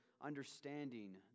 understanding